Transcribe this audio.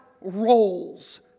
roles